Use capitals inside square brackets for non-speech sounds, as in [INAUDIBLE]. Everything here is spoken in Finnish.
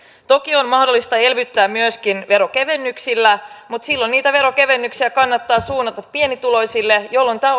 toki on mahdollista elvyttää myöskin veronkevennyksillä mutta silloin niitä veronkevennyksiä kannattaa suunnata pienituloisille jolloin tämä [UNINTELLIGIBLE]